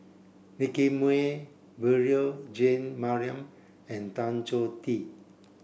Nicky Moey Beurel Jean Marie and Tan Choh Tee